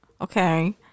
Okay